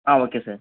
ah okay sir